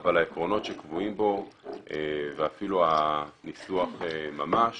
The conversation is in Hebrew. אבל העקרונות שקבועים בו ואפילו הניסוח ממש